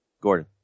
Gordon